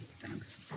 thanks